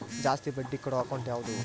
ಜಾಸ್ತಿ ಬಡ್ಡಿ ಕೊಡೋ ಅಕೌಂಟ್ ಯಾವುದು?